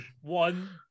one